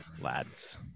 lads